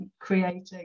creating